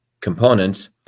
components